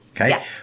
Okay